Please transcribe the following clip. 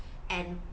and